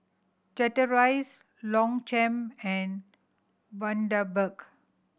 Chateraise Longchamp and Bundaberg